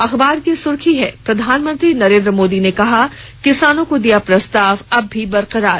अखबार की सुर्खी है प्रधानमंत्री नरेंद्र मोदी ने कहा किसानों को दिया प्रस्ताव अब भी बरकरार